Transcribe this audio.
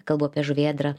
kalbu apie žuvėdrą